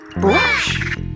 brush